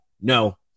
No